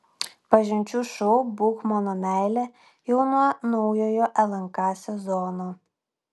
pažinčių šou būk mano meile jau nuo naujojo lnk sezono